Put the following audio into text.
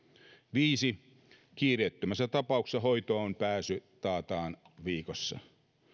viisi kiireettömässä tapauksessa hoitoonpääsy taataan viikossa